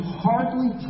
hardly